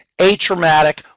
atraumatic